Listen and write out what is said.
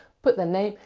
put their name,